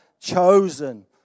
chosen